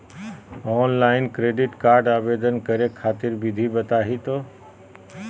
Online credit card आवेदन करे खातिर विधि बताही हो?